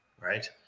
right